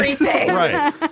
right